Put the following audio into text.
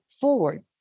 forward